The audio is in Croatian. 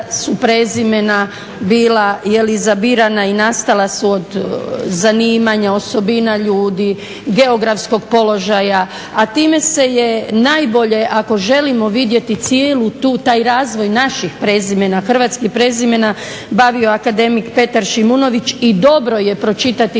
su prezimena bila izabirana i nastala su od zanimanja, osobina ljudi, geografskog položaja, a time se je najbolje ako želimo vidjeti cijeli taj razvoj naših prezimena, hrvatskih prezimena bavio akademik Petar Šimunović i dobro je pročitati